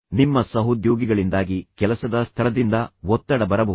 ನಿಮ್ಮ ಸಹೋದ್ಯೋಗಿಗಳಿಂದಾಗಿ ಕೆಲಸದ ಸ್ಥಳದಿಂದ ಒತ್ತಡ ಬರಬಹುದು